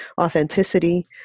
authenticity